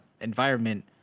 environment